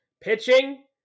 pitching